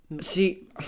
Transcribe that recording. See